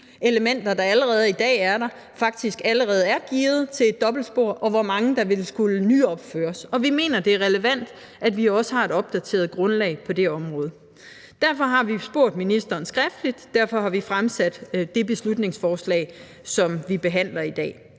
elementer, der i dag er der, faktisk allerede er gearet til et dobbeltspor, og hvor mange der vil skulle nyopføres. Vi mener, det er relevant, at vi også har et opdateret grundlag på det område. Derfor har vi spurgt ministeren skriftligt; derfor har vi fremsat det beslutningsforslag, som vi behandler i dag.